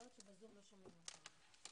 נושאים, נכון?